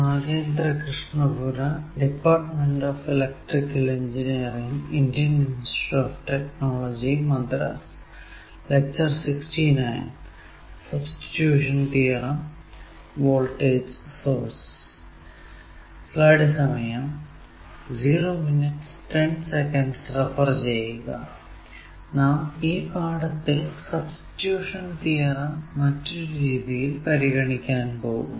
നാം ഈ പാഠത്തിൽ സബ്സ്റ്റിട്യൂഷൻ തിയറം മറ്റൊരു രീതിയിൽ പരിഗണിക്കാൻ പോകുന്നു